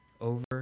over